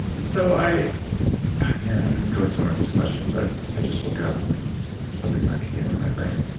so i man i'm going somewhere with this question but i just woke up and something's not kicking in my brain.